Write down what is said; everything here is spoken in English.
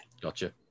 gotcha